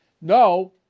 no